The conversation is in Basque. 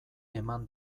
eman